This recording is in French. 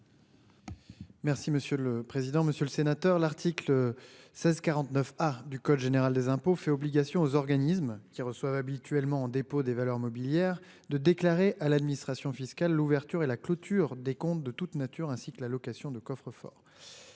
Merci monsieur le président, Monsieur le Sénateur, l'article. 16 49 A du code général des impôts fait obligation aux organismes qui reçoivent habituellement en dépôt des valeurs mobilières de déclarer à l'administration fiscale, l'ouverture et la clôture des comptes de toute nature, ainsi que la location de coffre-fort.